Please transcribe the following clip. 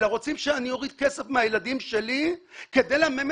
אלא רוצים שאני אוריד כסף מהילדים שלי כדי לממן